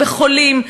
בחולים,